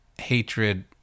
hatred